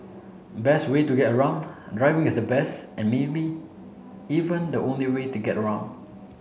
best way to get around driving is the best and maybe even the only way to get around